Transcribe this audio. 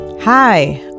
Hi